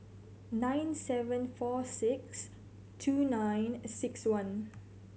nine seven four six two nine six one